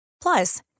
Plus